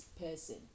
person